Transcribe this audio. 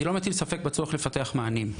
אני גם לא מטיל ספק בצורך לספק מענים.